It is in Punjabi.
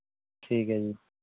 ਠੀਕ ਹੈ ਜੀ